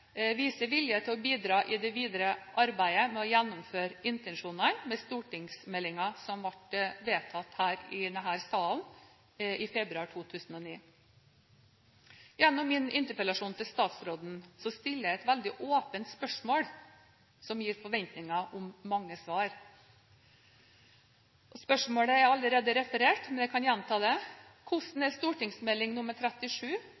viser vilje til å bidra i det videre arbeidet med å gjennomføre intensjonene i stortingsmeldingen som ble behandlet her i denne sal i april 2009. Gjennom min interpellasjon til statsråden stiller jeg et veldig åpent spørsmål, som gir forventninger om mange svar. Spørsmålet er allerede referert, men jeg kan gjenta det: Hvordan er St.meld. nr. 37